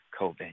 COVID